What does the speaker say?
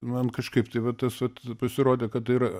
man kažkaip tai vat tas vat pasirodė kad tai yra